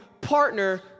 partner